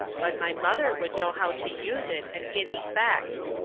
but my mother would know how to use it and get effects.